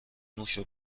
موشو